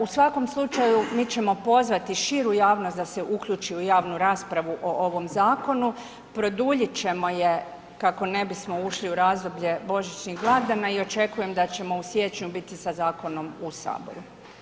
U svakom slučaju mi ćemo pozvati širu javnost da se uključi u javnu raspravu o ovom zakonu, produljiti ćemo je kako ne bismo ušli u razdoblje božićnih blagdana i očekujem da ćemo u siječnju biti sa zakonom u Saboru.